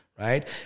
right